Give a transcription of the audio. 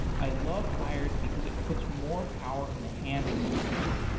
i love hired because it puts more power in the hands of engineers.